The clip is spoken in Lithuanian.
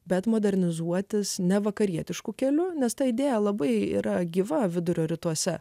bet modernizuotis ne vakarietišku keliu nes ta idėja labai yra gyva vidurio rytuose